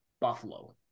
Buffalo